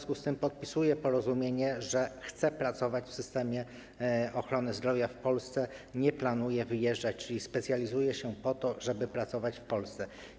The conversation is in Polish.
Taka osoba podpisuje porozumienie, że chce pracować w systemie ochrony zdrowia w Polsce, nie planuje wyjeżdżać, czyli specjalizuje się po to, żeby pracować w Polsce.